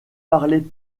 parler